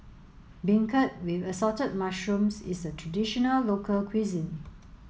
beancurd with assorted mushrooms is a traditional local cuisine